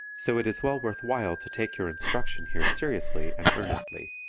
so it is well worth while to take your instruction here seriously and earnestly,